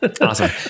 Awesome